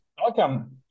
Welcome